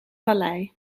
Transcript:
vallei